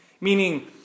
Meaning